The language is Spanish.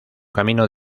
camino